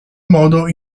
modo